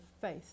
faith